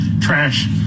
trash